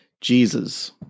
Jesus